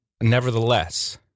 nevertheless